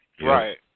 Right